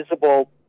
visible